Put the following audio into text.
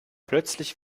plötzlich